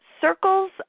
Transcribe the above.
Circles